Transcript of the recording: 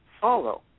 follow